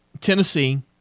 Tennessee